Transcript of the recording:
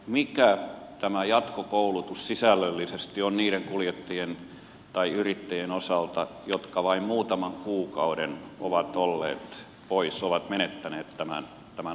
mikä tämä jatkokoulutus sisällöllisesti on niiden kuljettajien tai yrittäjien osalta jotka vain muutaman kuukauden ovat olleet poissa ja ovat menettäneet tämän ajoluvan